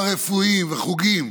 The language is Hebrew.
כסיף, בבקשה.